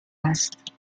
است